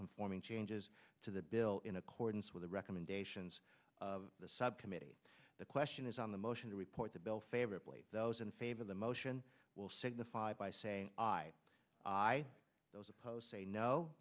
conforming changes to the bill in accordance with the recommendations of the subcommittee the question is on the motion to report the bill favorably those in favor of the motion will signify by saying i those opposed say no